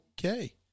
Okay